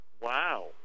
Wow